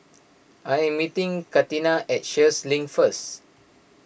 I am meeting Catina at Sheares Link first